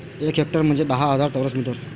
एक हेक्टर म्हंजे दहा हजार चौरस मीटर